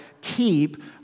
keep